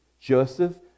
Joseph